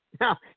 Now